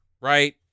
right